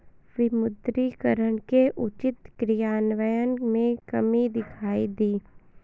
विमुद्रीकरण के उचित क्रियान्वयन में कमी दिखाई दी